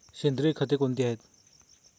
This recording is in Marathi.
सेंद्रिय खते कोणती आहेत?